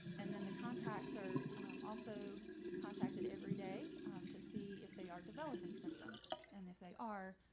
and then the contacts are also contacted every day to see if they are developing symptoms. and if they are,